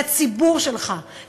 לציבור שלך,